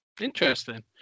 Interesting